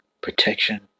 protection